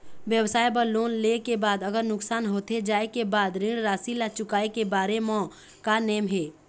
व्यवसाय बर लोन ले के बाद अगर नुकसान होथे जाय के बाद ऋण राशि ला चुकाए के बारे म का नेम हे?